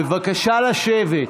בבקשה לשבת.